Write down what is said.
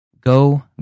go